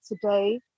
today